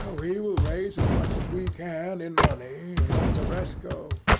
ah we will raise as much as we can in money, and let the rest go.